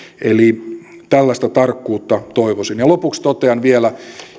tällaista tarkkuutta toivoisin lopuksi totean vielä